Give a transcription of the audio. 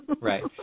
Right